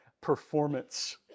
performance